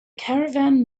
caravan